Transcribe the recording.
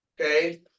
okay